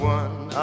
one